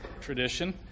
tradition